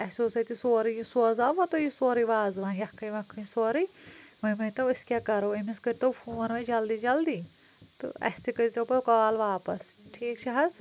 اَسہِ اوس اَتہِ سورُے یہِ سوزاوا تۄہہِ یہِ سورُے وزوان یَکھٕنۍ وَکھٕنۍ سورُے وۄنۍ ؤنۍتو أسۍ کیٛاہ کَرَو أمِس کٔرۍتو فون وۄنۍ جلدی جلدی تہٕ اَسہِ تہِ کٔرۍزیو پَتہٕ کال واپَس ٹھیٖک چھِ حظ